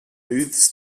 moves